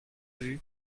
vue